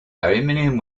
aluminum